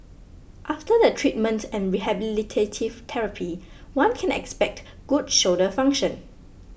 after the treatment and rehabilitative therapy one can expect good shoulder function